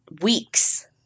weeks